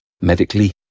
medically